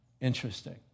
interesting